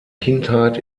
kindheit